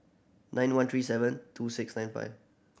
nine one three seven two six nine five